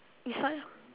you start ah